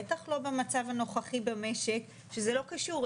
בטח לא במצב הנוכחי במשק שזה לא קשור.